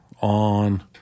on